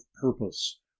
purpose